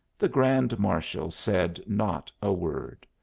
the grand marshal said not a word.